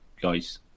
guys